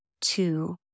two